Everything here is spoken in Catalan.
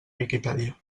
viquipèdia